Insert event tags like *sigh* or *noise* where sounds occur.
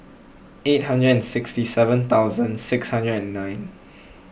eight hundred and sixty seven thousand six hundred and nine *noise*